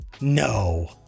no